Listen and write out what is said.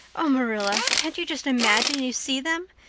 oh, marilla, can't you just imagine you see them?